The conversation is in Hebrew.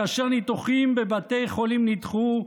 כאשר ניתוחים בבתי חולים נדחו,